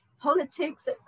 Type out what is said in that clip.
politics